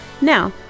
Now